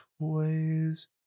toys